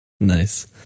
Nice